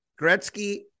Gretzky